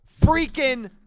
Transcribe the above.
freaking